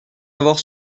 savoir